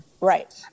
Right